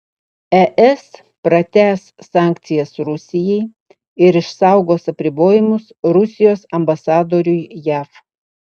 es pratęs sankcijas rusijai ir išsaugos apribojimus rusijos ambasadoriui jav